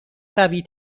قوی